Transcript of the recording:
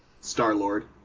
Star-Lord